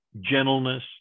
gentleness